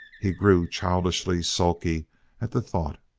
he grew childishly sulky at the thought.